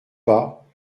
pas